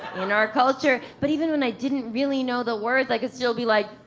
in our culture. but even when i didn't really know the words, i could still be like,